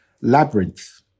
Labyrinth